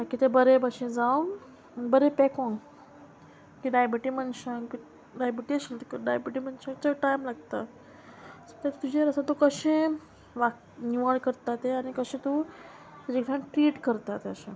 ताकी तें बरें भाशे जावं बरें पेकोंक की डायबेटी मनशांक डायबेटी आशिल्ली डायबेटी मनशांक चड टायम लागता सो तेका तुजेर आसा तूं कशें वाक निवळ करता तें आनी कशें तूं तुजे कडल्यान ट्रीट करता तें अशें